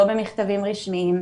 לא במכתבים רשמיים,